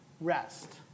rest